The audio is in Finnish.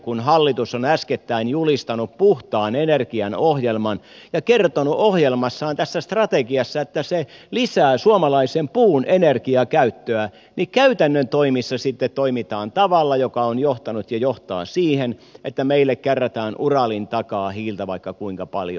kun hallitus on äskettäin julistanut puhtaan energian ohjelman ja kertonut ohjelmassaan tässä strategiassa että se lisää suomalaisen puun energiakäyttöä niin käytännön toimissa sitten toimitaan tavalla joka on johtanut ja johtaa siihen että meille kärrätään uralin takaa hiiltä vaikka kuinka paljon